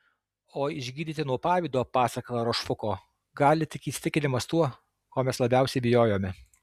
o išgydyti nuo pavydo pasak larošfuko gali tik įsitikinimas tuo ko mes labiausiai bijojome